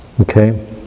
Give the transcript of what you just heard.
Okay